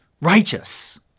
righteous